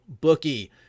Bookie